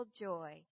joy